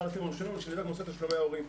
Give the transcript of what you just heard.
ואחד הנושאים הראשונים הוא נושא תשלומי ההורים.